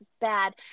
bad